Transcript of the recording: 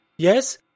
Yes